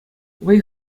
вӑй